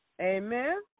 Amen